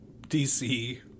DC